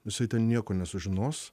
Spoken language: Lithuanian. jisai ten nieko nesužinos